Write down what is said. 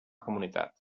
comunitat